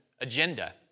agenda